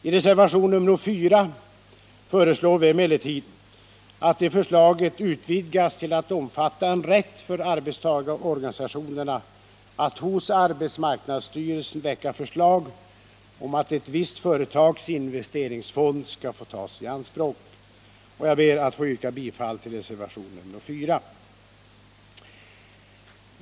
I reservation nr 4 föreslår vi emellertid att förslaget utvidgas till att omfatta en rätt för arbetstagarorganisationerna att hos arbetsmarknadsstyrelsen väcka förslag om att ett visst företags investeringsfond skall få tas i anspråk. Jag ber att få yrka bifall till reservation nr 4.